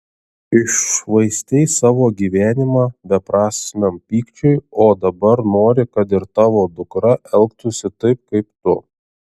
iššvaistei savo gyvenimą beprasmiam pykčiui o dabar nori kad ir tavo dukra elgtųsi taip kaip tu